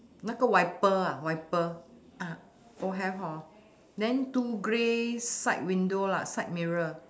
那个 wiper ah wiper uh all have hor then two grey side window lah side mirror